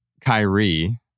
Kyrie